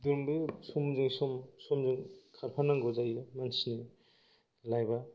समजों खारफानांगौ जायो मानसिनि लाइफ आ